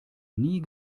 nie